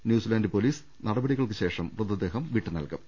New Zealand police നടപടി കൾക്ക് ശേഷം മൃതദേഹം വിട്ടുനൽകും